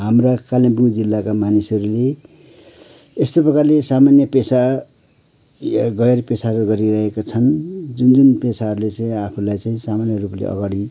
हाम्रा कालेम्पोङ जिल्लाका मानिसहरूले यस्तो प्रकारले सामान्य पेसा या गैर पेसाहरू गरिरहेका छन् जुन जुन पेसाहरूले चाहिँ आफूलाई चाहिँ सामान्य रूपले अगाडि